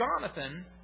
Jonathan